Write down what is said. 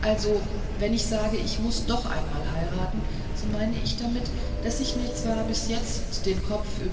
also wenn ich sage ich muß doch einmal heiraten so meine ich damit daß ich mir zwar bis jetzt den kopfüber